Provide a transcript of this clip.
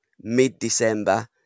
mid-December